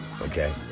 Okay